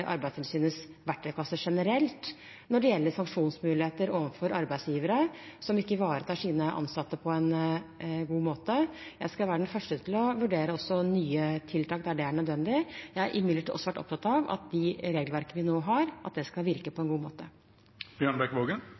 verktøykasse generelt når det gjelder sanksjonsmuligheter overfor arbeidsgivere som ikke ivaretar sine ansatte på en god måte. Jeg skal være den første til å vurdere nye tiltak der det er nødvendig. Jeg har imidlertid også vært opptatt av at de regelverkene vi nå har, skal virke på en god